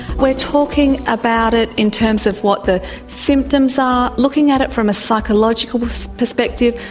we're talking about it in terms of what the symptoms are, looking at it from a psychological perspective,